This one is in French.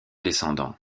descendant